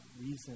reason